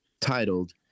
titled